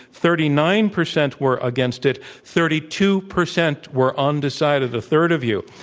thirty nine percent were against it, thirty two percent were undecided, a third of you.